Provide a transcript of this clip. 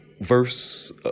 verse